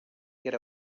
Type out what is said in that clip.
get